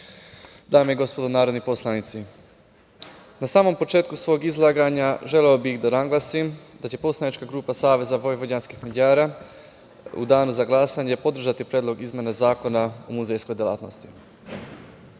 dame i gospodo narodni poslanici, na samom početku svog izlaganja želeo bih da naglasim da će poslanička grupa SVM u danu za glasanje podržati Predlog izmene Zakona o muzejskoj delatnosti. Kao